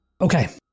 Okay